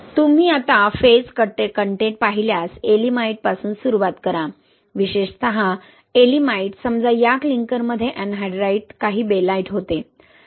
तुम्ही आता phase content पाहिल्यास येएलिमाइट Yeelimiteपासून सुरुवात करा विशेषतः येएलिमाइट समजा या क्लिंकरमध्ये एनहाइड्राइट काही बेलाइट होते